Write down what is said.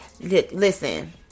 listen